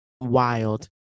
wild